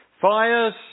fires